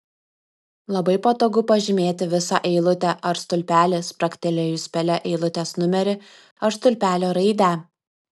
labai patogu pažymėti visą eilutę ar stulpelį spragtelėjus pele eilutės numerį ar stulpelio raidę